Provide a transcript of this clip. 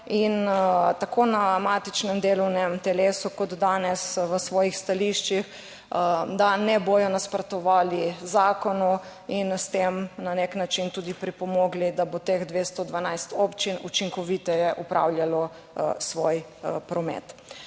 In tako na matičnem delovnem telesu, kot danes v svojih stališčih, da ne bodo nasprotovali zakonu in s tem na nek način tudi pripomogli, da bo teh 212 občin učinkoviteje opravljalo svoj promet.